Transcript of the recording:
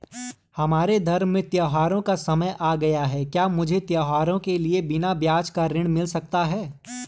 हमारे धर्म में त्योंहारो का समय आ गया है क्या मुझे त्योहारों के लिए बिना ब्याज का ऋण मिल सकता है?